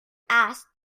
asked